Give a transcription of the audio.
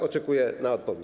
Oczekuję na odpowiedź.